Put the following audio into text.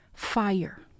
Fire